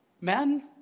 men